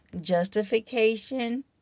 Justification